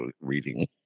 reading